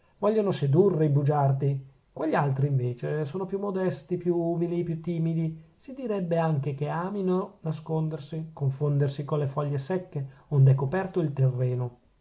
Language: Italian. vogliono sedurre i bugiardi quegli altri invece sono più modesti più umili più timidi si direbbe anzi che amino nascondersi confondersi con le foglie secche ond'è coperto il terreno